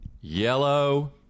yellow